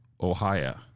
Ohio